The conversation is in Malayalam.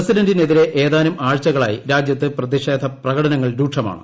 പ്രസിഡന്റിനെതിരെ ഏതാനും ആഴ്ചകളായി രാജ്യത്ത് പ്രതിഷേധ പ്രകടനങ്ങൾ രൂക്ഷമാണ്